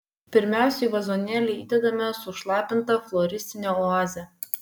pirmiausia į vazonėlį įdedame sušlapintą floristinę oazę